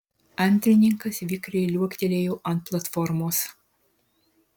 antrininkas vikriai liuoktelėjo ant platformos